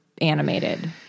animated